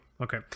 Okay